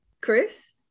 Chris